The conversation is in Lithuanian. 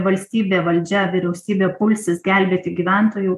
valstybė valdžia vyriausybė pulsis gelbėti gyventojų